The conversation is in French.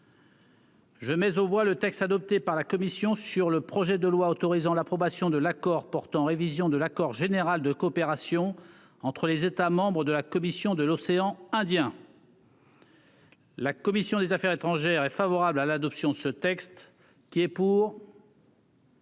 Je mais on voit le texte adopté par la commission sur le projet de loi autorisant l'approbation de l'accord portant révision de l'accord général de coopération entre les États membres de la Commission de l'océan Indien. La commission des Affaires étrangères est favorable à l'adoption de ce texte. Qui est pour.